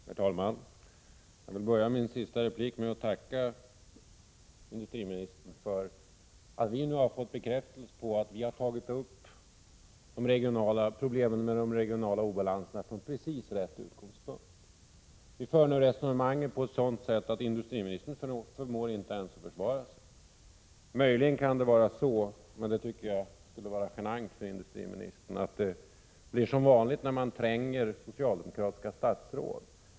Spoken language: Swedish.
Herr talman! Jag vill börja min sista replik med att tacka industriministern för att vi nu har fått bekräftelse på att vi har tagit upp problemen med de regionala obalanserna från precis rätt utgångspunkt. Vi för nu resonemangen på ett sådant sätt att industriministern inte ens förmår försvara sig. Möjligen kan det vara så, men det tycker jag skulle vara genant för industriministern, att det blir som vanligt när man tränger socialdemokratiska statsråd.